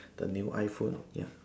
the new iPhone ya